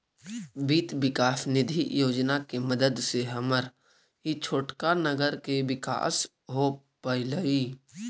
वित्त विकास निधि योजना के मदद से हमर ई छोटका नगर के विकास हो पयलई